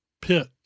pit